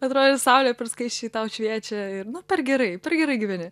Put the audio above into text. atrodė saulė skaisčiai tau šviečia ir nu per gerai per gerai gyveni